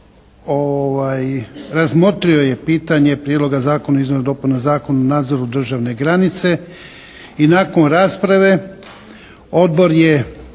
razmotrio je pitanje Prijedloga Zakona o izmjenama i dopunama Zakona o nadzoru državne granice i nakon rasprave odbor je